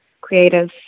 creative